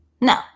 No